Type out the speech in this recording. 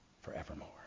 forevermore